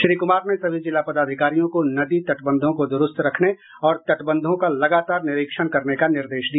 श्री कुमार ने सभी जिला पदाधिकारियों को नदी तटबंधों को दुरूस्त रखने और तटबंधों का लगातार निरीक्षण करने का निर्देश दिया